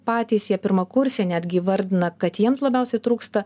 patys jie pirmakursė netgi įvardina kad jiems labiausiai trūksta